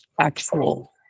actual